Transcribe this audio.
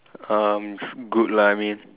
um good lah I mean